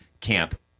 camp